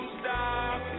stop